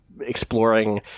Exploring